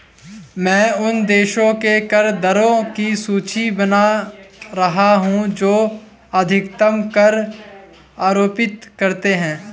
मैं उन देशों के कर दरों की सूची बना रहा हूं जो अधिकतम कर आरोपित करते हैं